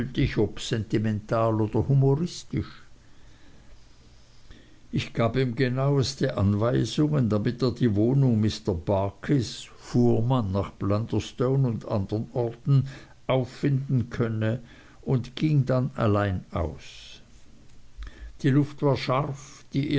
sentimental oder humoristisch ich gab ihm genaueste anweisungen damit er die wohnung mr barkis fuhrmann nach blunderstone und andern orten auffinden könne und ging dann allein aus die luft war scharf die